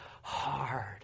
hard